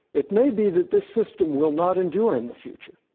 it may be that this system will not endure in the future.